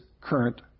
current